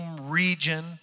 region